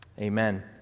Amen